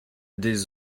des